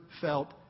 felt